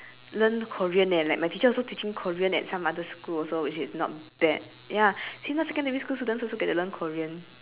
learn korean leh like my teacher also teaching korean at some other schools also which is not bad ya sigma secondary students also get to learn korean